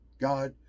God